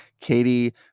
Katie